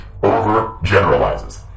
overgeneralizes